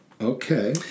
Okay